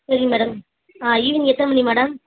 சரி மேடம் ஆ ஈவ்னிங் எத்தனை மணி மேடம்